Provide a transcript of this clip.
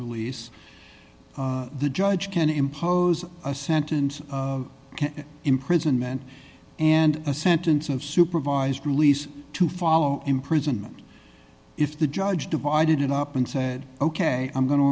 release the judge can impose a sentence of imprisonment and a sentence of supervised release to follow imprisonment if the judge divided it up and said ok i'm going to